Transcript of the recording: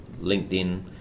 LinkedIn